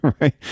right